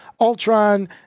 Ultron